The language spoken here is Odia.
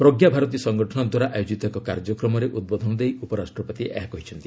ପ୍ରଜ୍ଞାଭାରତୀ ସଂଗଠନ ଦ୍ୱାରା ଆୟୋଜିତ ଏକ କାର୍ଯ୍ୟକ୍ରମରେ ଉଦ୍ବୋଧନ ଦେଇ ଉପରାଷ୍ଟ୍ରପତି ଏହା କହିଛନ୍ତି